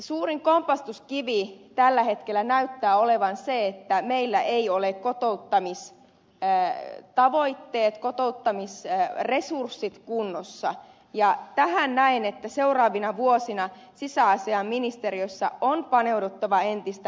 suurin kompastuskivi tällä hetkellä näyttää olevan se että meillä eivät ole kotoutta niissä pää ja tavoitteet kotouttamistavoitteet kotouttamisresurssit kunnossa ja näen että tähän on seuraavina vuosina sisäasiainministeriössä paneuduttava entistä enemmän